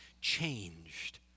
changed